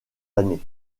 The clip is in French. années